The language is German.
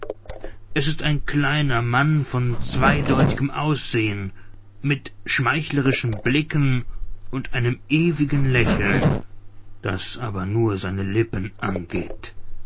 es ist ein kleiner mann von zweideutigem aussehen mit schmeichlerischen blicken und einem ewigen lächeln das aber nur seine lippen angeht